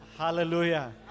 Hallelujah